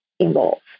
involved